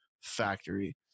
factory